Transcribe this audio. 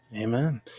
Amen